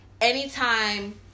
anytime